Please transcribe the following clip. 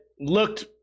looked